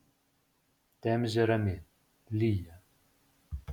temzė rami lyja